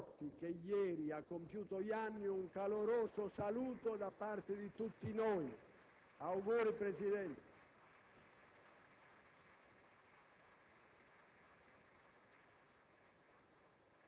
al presidente Andreotti, che ieri ha compiuto gli anni, rivolgo un caloroso saluto da parte di tutti noi. Auguri, Presidente.